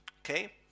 okay